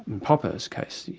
in popper's case,